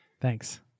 Thanks